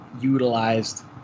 utilized